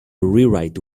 rewrite